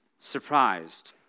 surprised